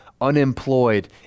unemployed